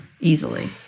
easily